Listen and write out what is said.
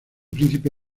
príncipe